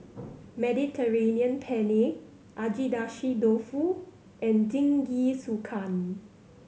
Mediterranean Penne Agedashi Dofu and Jingisukan